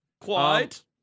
Quiet